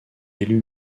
élu